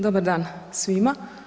Dobar dan svima.